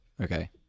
Okay